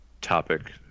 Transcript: topic